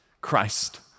Christ